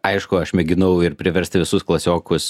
aišku aš mėginau ir priversti visus klasiokus